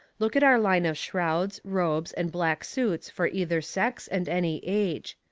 look at our line of shrouds, robes, and black suits for either sex and any age.